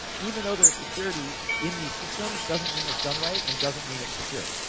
even though there is security in these systems, doesn't mean it's done right, and doesn't mean it's secure.